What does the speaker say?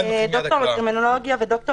ד"ר לקרימינולוגיה וד"ר